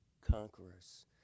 conquerors